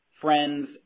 friends